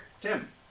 Tim